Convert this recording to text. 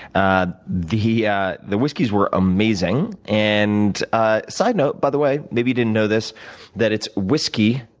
ah the yeah the whiskeys were amazing. and ah side note, by the way, maybe you didn't know this that it's whiskey,